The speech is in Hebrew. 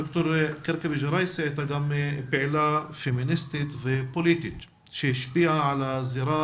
ד"ר כרכבי-ג'ראייסי הייתה גם פעילה פמיניסטית ופוליטית שהשפיעה על הזירה